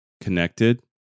connected